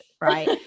right